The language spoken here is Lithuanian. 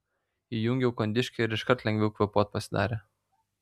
įjungiau kondiškę ir iškart lengviau kvėpuot pasidarė